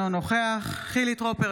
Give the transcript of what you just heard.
אינו נוכח חילי טרופר,